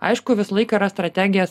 aišku visąlaik yra strategijos